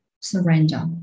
Surrender